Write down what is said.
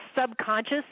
subconscious